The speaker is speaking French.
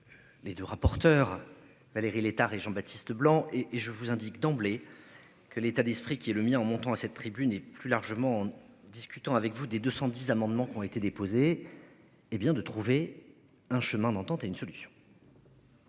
Les deux rapporteurs Valérie Létard et Jean-Baptiste Leblanc et et je vous indique d'emblée. Que l'état d'esprit qui est le mien en montant à cette tribune et plus largement, discutant avec vous des 210 amendements qui ont été déposés. Hé bien de trouver un chemin d'entente à une solution.